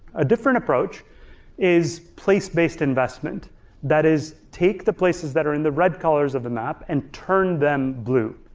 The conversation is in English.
a different approach is place-based investment that is take the places that are in the red colors of the map and turn them blue.